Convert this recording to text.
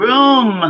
Room